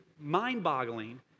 mind-boggling